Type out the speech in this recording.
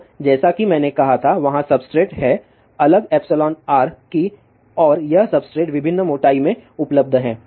तो जैसा कि मैंने कहा था वहाँ सब्सट्रेट हैं अलग εr की और यह सब्सट्रेट विभिन्न मोटाई में उपलब्ध हैं